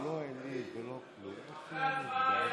אדוני היושב-ראש,